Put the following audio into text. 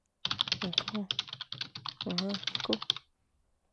Icon ajam incon